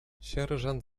sierżant